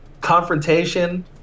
confrontation